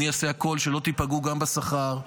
אעשה הכול שלא תיפגעו גם בשכר.